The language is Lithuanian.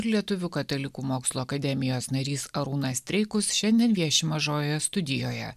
ir lietuvių katalikų mokslo akademijos narys arūnas streikus šiandien vieši mažojoje studijoje